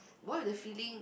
what if the feeling